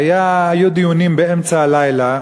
והיו דיונים באמצע הלילה,